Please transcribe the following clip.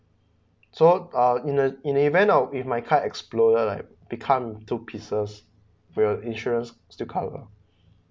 so uh in the in the event of if my car exploded like become two pieces will insurance still cover